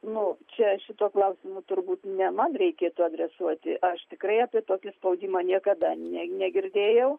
nu čia šituo klausimu turbūt ne man reikėtų adresuoti aš tikrai apie tokį spaudimą niekada ne negirdėjau